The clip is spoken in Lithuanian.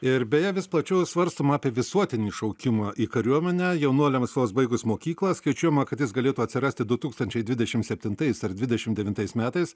ir beje vis plačiau svarstoma apie visuotinį šaukimą į kariuomenę jaunuoliams vos baigus mokyklą skaičiuojama kad jis galėtų atsirasti du tūkstančiai dvidešim septintais ar dvidešim devintais metais